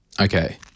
Okay